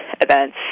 events